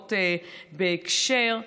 מגיעות בהקשר שלו.